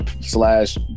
Slash